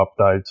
updates